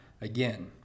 again